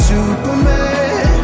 Superman